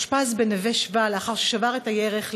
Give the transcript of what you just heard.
אושפז ב"נווה שבא" לאחר ששבר את הירך,